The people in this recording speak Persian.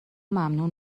ممنون